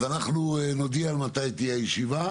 אז אנחנו נודיע מתי תהיה הישיבה.